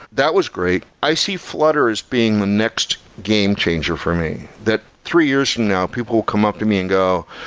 that was great. i see flutter as being the next game changer for me, that three years from now people come up to me and go,